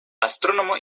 astrónomo